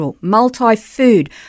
multi-food